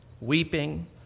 weeping